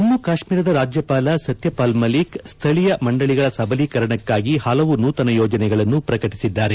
ಜಮ್ಮ್ ಕಾಶ್ಮೀರದ ರಾಜ್ಯಪಾಲ ಸತ್ಯಪಾಲ್ ಮಲ್ಲಿಕ್ ಸ್ದಳೀಯ ಮಂಡಳಿಗಳ ಸಬಲೀಕರಣಕ್ಕಾಗಿ ಹಲವು ನೂತನ ಯೋಜನೆಗಳನ್ನು ಪ್ರಕಟಿಸಿದ್ದಾರೆ